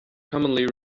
commonly